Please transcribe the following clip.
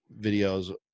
videos